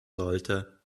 sollte